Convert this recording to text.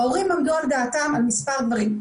ההורים עמדו על דעתם ועמדו על מספר דברים.